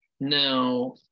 now